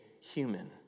human